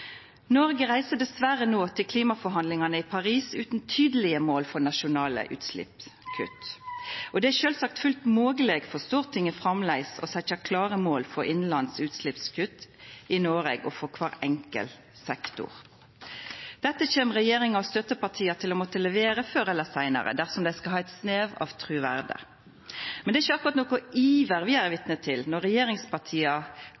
Noreg reiser dessverre no til klimaforhandlingane i Paris utan tydelege mål for nasjonale utsleppskutt. Det er sjølvsagt fullt mogleg for Stortinget framleis å setja klare mål for innanlands utsleppskutt i Noreg og for kvar enkelt sektor. Dette kjem regjeringa og støttepartia til å måtta levera før eller seinare dersom dei skal ha ein snev av truverde. Men det er ikkje akkurat nokon iver